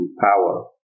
power